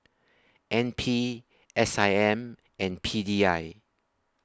N P S I M and P D I